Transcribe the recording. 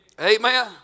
Amen